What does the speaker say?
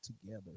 together